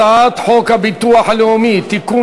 הצעת חוק הביטוח הלאומי (תיקון,